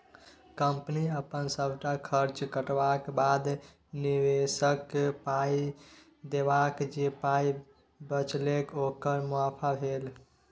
कंपनीक अपन सबटा खर्च कटबाक बाद, निबेशककेँ पाइ देबाक जे पाइ बचेलक ओकर मुनाफा भेलै